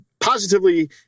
positively